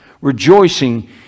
rejoicing